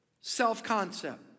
self-concept